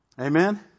Amen